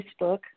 Facebook